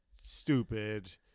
stupid